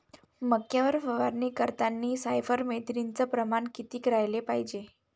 मक्यावर फवारनी करतांनी सायफर मेथ्रीनचं प्रमान किती रायलं पायजे?